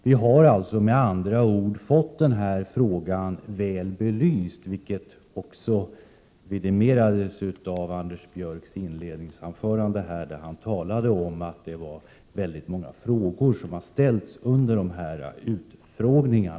Vi har med andra ord fått frågan väl belyst, vilket också vidimerades i Anders Björcks inledningsanförande, där han talade om att många frågor hade ställts under dessa utfrågningar.